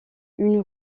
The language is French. une